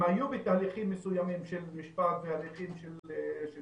אם הם היו בהליכים מסוימים של משפט והליכים של שיקום,